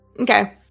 Okay